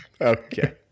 Okay